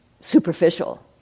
superficial